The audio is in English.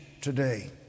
today